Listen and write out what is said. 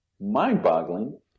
mind-boggling